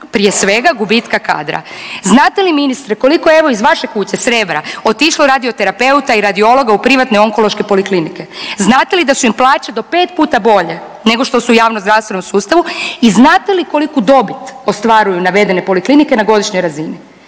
prije svega gubitka kadra. Znate li ministre koliko evo iz vaše kuće s Rebra otišlo radio terapeuta i radiologa u privatne onkološke poliklinike? Znate li da su im plaće do 5 puta bolje nego što su javno-zdravstvenom sustavu i znate li koliku dobit ostvaruju navedene poliklinike na godišnjoj razini?